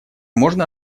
можно